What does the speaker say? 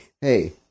hey